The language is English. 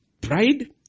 Pride